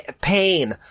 pain